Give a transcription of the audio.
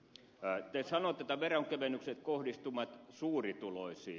te sanotte että veronkevennykset kohdistuvat suurituloisiin